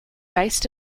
based